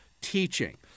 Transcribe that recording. teaching